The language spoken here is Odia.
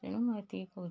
ତେଣୁ ମୁଁ ଏତିକି କହୁଛି